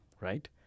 right